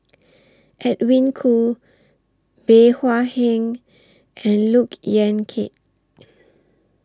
Edwin Koo Bey Hua Heng and Look Yan Kit